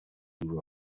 دور